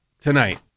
tonight